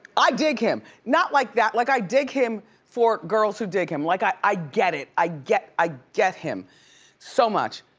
i dig him, not like that, like i dig him for girls who dig him. like i i get it, i get, i get him so much.